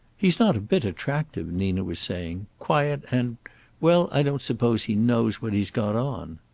he's not a bit attractive, nina was saying. quiet, and well, i don't suppose he knows what he's got on.